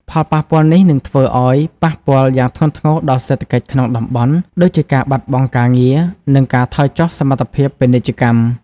ផលប៉ះពាល់នេះនឹងធ្វើឲ្យប៉ះពាល់យ៉ាងធ្ងន់ធ្ងរដល់សេដ្ឋកិច្ចក្នុងតំបន់ ដូចជាការបាត់បង់ការងារ និងការថយចុះសកម្មភាពពាណិជ្ជកម្ម។